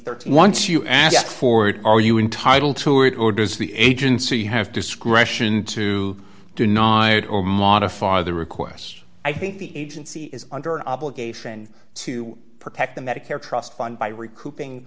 thirteen once you ask for it are you entitle toured or does the agency have discretion to do not hide or modify the requests i think the agency is under obligation to protect the medicare trust fund by recouping